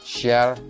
share